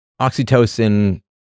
oxytocin